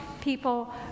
people